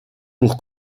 pour